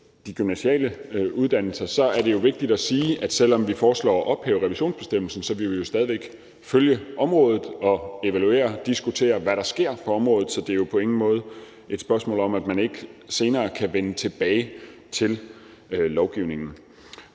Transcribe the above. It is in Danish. de gymnasiale uddannelser er det vigtigt at sige, at selv om vi foreslår at ophæve revisionsbestemmelsen, vil vi jo stadig væk følge området og evaluere og diskutere, hvad der sker på området. Så det er jo på ingen måde et spørgsmål om, at man ikke senere kan vende tilbage til lovgivningen.